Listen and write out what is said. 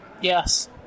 Yes